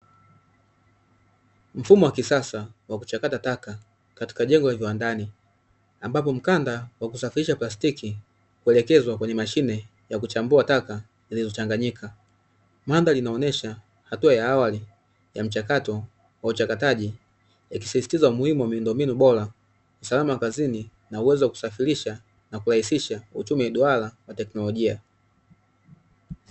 Mfumo wa kisasa wa kuchakata taka katika jengo la viwandani ambapo mkanda wa kusafirisha plastiki, huelekezwa kwenye mashine ya kuchambua taka zilizochanganyika. Mandhari inaonyesha hatua ya awali ya mchakato wa uchakataji ikisisitiza umuhimu wa miundo bora, usalama kazini na uwezo wa kusafirisha na kurahisisha uchumi duara wa teknolojia.